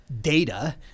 data